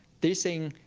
they're saying,